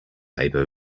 paper